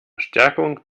stärkung